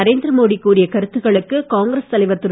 நரேந்திர மோடி கூறிய கருத்துக்களக்கு காங்கிரஸ் தலைவர் திரு